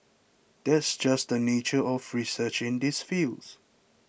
that's just the nature of research in these fields